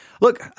Look